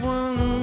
one